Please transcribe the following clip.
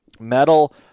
Metal